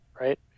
right